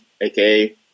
aka